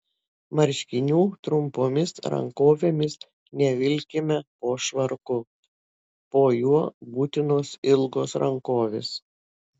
marškinių trumpomis rankovėmis nevilkime po švarku po juo būtinos ilgos rankovės